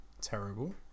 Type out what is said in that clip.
terrible